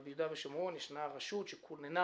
אבל ביהודה ושומרון ישנה רשות, שכוננה